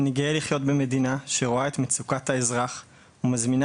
אני גאה לחיות במדינה שרואה את מצוקת האזרח ומזמינה